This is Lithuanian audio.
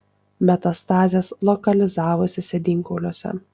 metastazės lokalizavosi sėdynkauliuose